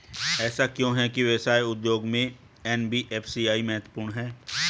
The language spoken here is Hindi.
ऐसा क्यों है कि व्यवसाय उद्योग में एन.बी.एफ.आई महत्वपूर्ण है?